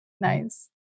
Nice